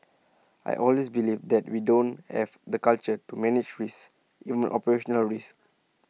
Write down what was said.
I always believe that we don't have the culture to manage risks even operational risks